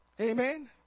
Amen